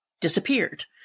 disappeared